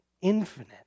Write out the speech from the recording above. infinite